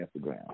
Instagram